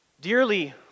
Dearly